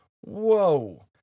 Whoa